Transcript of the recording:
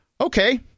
okay